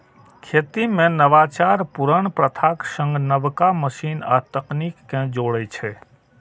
खेती मे नवाचार पुरान प्रथाक संग नबका मशीन आ तकनीक कें जोड़ै छै